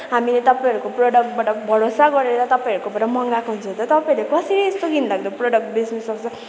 हामीले तपाईँहरूको प्रडक्टबाट भरोसा गरेर तपाईँहरूकोबाट मगाएको हुन्छौँ त तपाईँहरूले कसरी यस्तो घिनलाग्दो प्रडक्ट बेच्नसक्छ